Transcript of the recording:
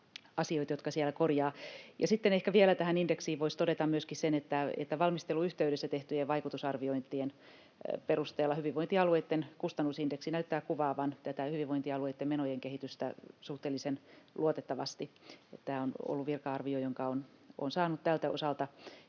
asioita, jotka siellä korjavat sitä. Sitten ehkä vielä tähän indeksiin voisi todeta myöskin sen, että valmistelun yhteydessä tehtyjen vaikutusarviointien perusteella hyvinvointialueitten kustannusindeksi näyttää kuvaavan tätä hyvinvointialueitten menojen kehitystä suhteellisen luotettavasti. Tämä on ollut virka-arvio, jonka olen saanut tältä osalta.